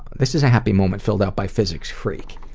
this is a happy moment, filled out by physics freak,